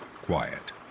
quiet